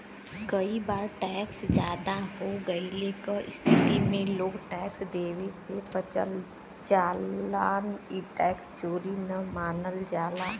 कई बार टैक्स जादा हो गइले क स्थिति में लोग टैक्स देवे से बचल चाहन ई टैक्स चोरी न मानल जाला